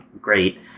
great